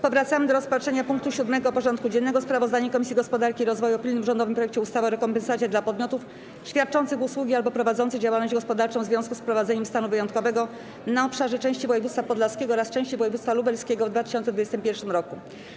Powracamy do rozpatrzenia punktu 7. porządku dziennego: Sprawozdanie Komisji Gospodarki i Rozwoju o pilnym rządowym projekcie ustawy o rekompensacie dla podmiotów świadczących usługi albo prowadzących działalność gospodarczą w związku z wprowadzeniem stanu wyjątkowego na obszarze części województwa podlaskiego oraz części województwa lubelskiego w 2021 r.